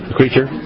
creature